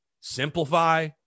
simplify